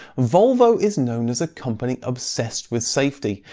volvo is known as a company obsessed with safety,